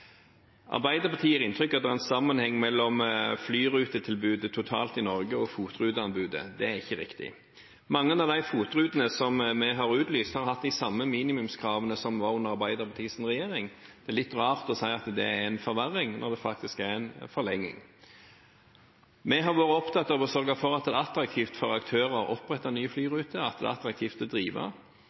Arbeiderpartiet gir inntrykk av at det er en sammenheng mellom flyrutetilbudet totalt i Norge og FOT-ruteanbudet. Det er ikke riktig. Mange av de FOT-rutene som vi har utlyst, har hatt de samme minimumskravene som under Arbeiderpartiets regjering. Det er litt rart å si at det er en forverring, når det faktisk er en forlenging. Vi har vært opptatt av å sørge for at det er attraktivt for aktører å opprette nye flyruter, og at det er attraktivt å drive.